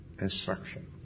instruction